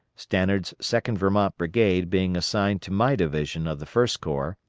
stannard's second vermont brigade being assigned to my division of the first corps,